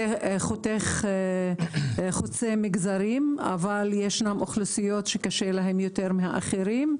זה חוצה מגזרים אבל ישנן אוכלוסיות שקשה להן יותר מהאחרים,